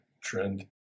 trend